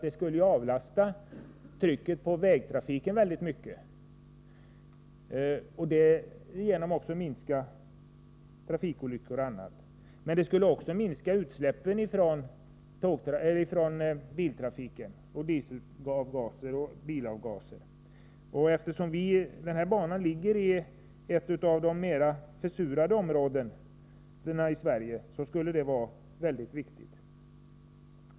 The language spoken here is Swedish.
Det skulle avlasta trycket på vägtrafiken och därigenom minska trafikolyckor och annat. Det skulle också minska utsläppen från biltrafiken; dieselavgaser och andra avgaser. Eftersom banan ligger i ett av de mer försurade områdena i Sverige skulle det vara mycket betydelsefullt.